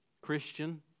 Christian